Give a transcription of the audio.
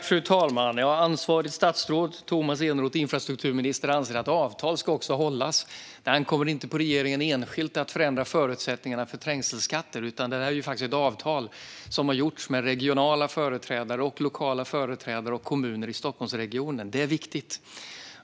Fru talman! Ansvarigt statsråd, infrastrukturminister Tomas Eneroth, anser att avtal också ska hållas. Det ankommer inte på regeringen enskilt att förändra förutsättningarna för trängselskatter. Detta är ett avtal som har gjorts med lokala och regionala företrädare och med kommuner i Stockholmsregionen. Det är viktigt.